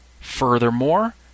furthermore